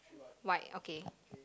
white okay